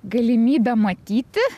galimybę matyti